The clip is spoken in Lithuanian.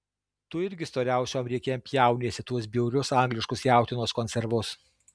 tu irgi storiausiom riekėm pjauniesi tuos bjaurius angliškus jautienos konservus